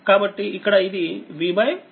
కాబట్టిఇక్కడ ఇదిV50